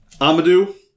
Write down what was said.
Amadou